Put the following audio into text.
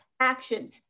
action